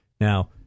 Now